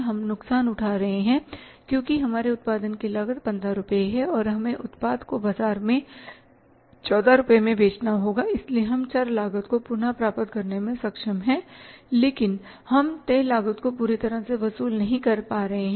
हम नुकसान उठा रहे हैं क्योंकि हमारे उत्पादन की लागत 15 रुपये है और हमें उत्पाद को बाजार में 14 रुपये में बेचना होगा इसलिए हम चर लागत को पुनर्प्राप्त करने में सक्षम हैं लेकिन हम तय लागत को पूरी तरह से वसूल नहीं कर पा रहे हैं